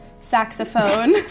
saxophone